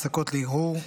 הפסקות להרהור,